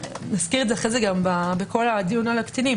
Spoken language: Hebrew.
נזכיר את זה גם בעניין הקטינים